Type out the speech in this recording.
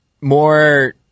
more